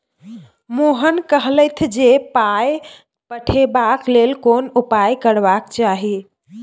मोहन कहलथि जे पाय पठेबाक लेल कोन उपाय करबाक चाही